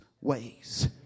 ways